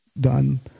done